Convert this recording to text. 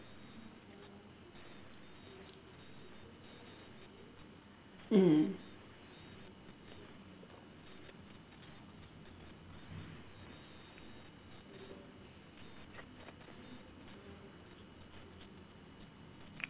mm